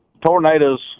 tornadoes